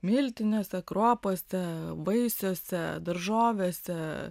miltinėse kruopose vaisiuose daržovėse